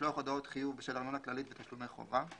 משלוח הודעות חיוב בשל ארנונה כללית ותשלומי חובה,